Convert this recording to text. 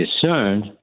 discerned